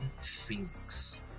phoenix